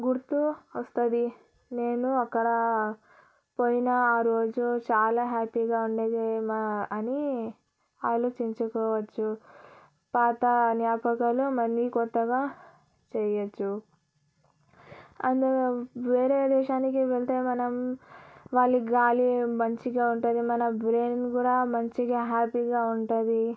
గుర్తు వస్తుంది నేను అక్కడ పోయినా ఆ రోజు చాలా హ్యాపీగా ఉండది అని ఆలోచించుకోవచ్చు పాత జ్ఞాపకాలు మళ్లీ కొత్తగా చేయొచ్చు అందరం వేరే దేశానికే వెళ్తే మనం వాలి గాలి మంచిగా ఉంటుంది మన బ్రెయిన్ కూడా మంచిగా హ్యాపీగా ఉంటది